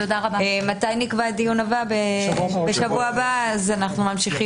הישיבה ננעלה בשעה 13:02.